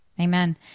amen